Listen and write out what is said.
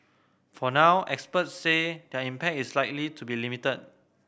for now experts say their impact is likely to be limited